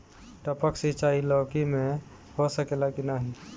टपक सिंचाई लौकी में हो सकेला की नाही?